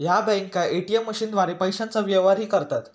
या बँका ए.टी.एम मशीनद्वारे पैशांचे व्यवहारही करतात